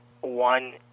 One